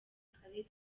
kare